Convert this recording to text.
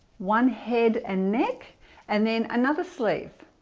one head and neck and then another sleeve